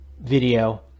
video